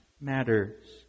matters